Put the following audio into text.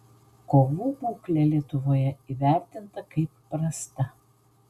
kovų būklė lietuvoje įvertinta kaip prasta